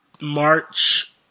March